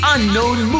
Unknown